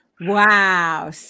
Wow